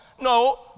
No